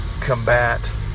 combat